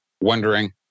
wondering